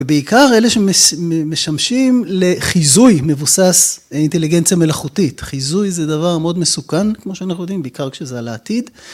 ובעיקר אלה שמשמשים לחיזוי מבוסס אינטליגנציה מלאכותית. חיזוי זה דבר מאוד מסוכן, כמו שאנחנו יודעים, בעיקר כשזה על העתיד.